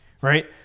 right